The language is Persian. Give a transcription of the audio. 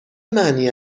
معنی